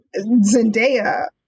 Zendaya